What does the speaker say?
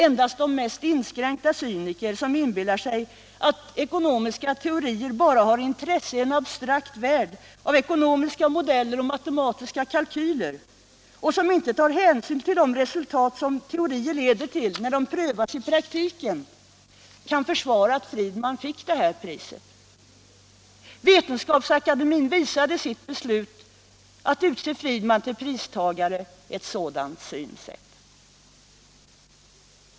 Endast de mest inskränkta cyniker, som inbillar sig att ekonomiska teorier bara har intresse i en abstrakt värld av ekonomiska modeller och matematiska kalkyler och som inte tar hänsyn till de resultat som teorierna leder till när de prövas i praktiken, kan försvara att Friedman fick det här priset. Vetenskapsakademien visade i sitt beslut att utse Friedman till pristagare ett sådant synsätt.